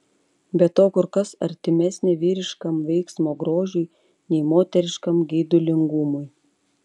be to kur kas artimesnė vyriškam veiksmo grožiui nei moteriškam geidulingumui